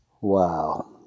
Wow